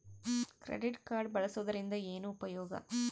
Credit card ಬಳಸುವದರಿಂದ ಏನು ಉಪಯೋಗ?